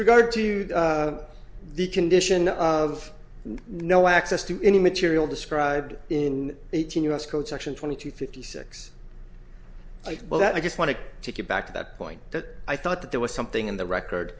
regard to the condition of no access to any material described in eighteen us code section twenty two fifty six well that i just want to take you back to that point that i thought that there was something in the record